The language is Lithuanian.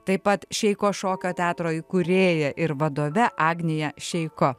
taip pat šeiko šokio teatro įkūrėja ir vadove agnija šeiko